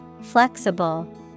Flexible